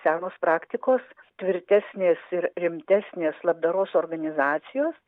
senos praktikos tvirtesnės ir rimtesnės labdaros organizacijos